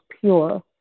pure